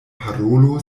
parolo